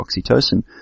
oxytocin